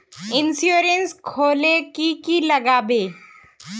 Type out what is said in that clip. Insurance खोले की की लगाबे?